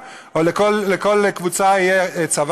לכל מפלגה תהיה משטרה משלה,